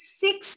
six